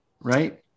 right